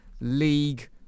league